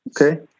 Okay